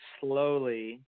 slowly